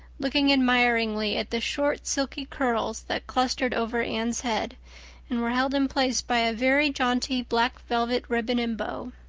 looking admiringly at the short, silky curls that clustered over anne's head and were held in place by a very jaunty black velvet ribbon and bow.